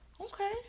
okay